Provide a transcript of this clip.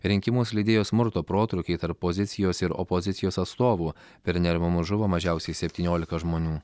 rinkimus lydėjo smurto protrūkiai tarp pozicijos ir opozicijos atstovų per neramumus žuvo mažiausiai septyniolika žmonių